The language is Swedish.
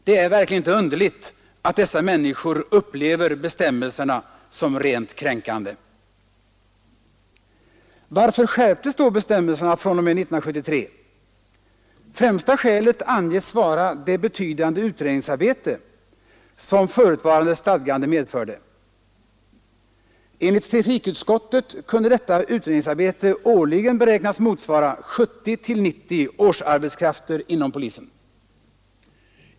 Det är verkligen inte underligt att dessa människor upplever bestämmelserna som rent kränkande. Varför skärptes då bestämmelserna fr.o.m. år 1973? Främsta skälet anges vara det betydande utredningsarbete som förutvarande stadgande medförde. Enligt trafikutskottet kunde detta utredningsarbete årligen beräknas motsvara 70—90 årsarbetskrafter inom polisen.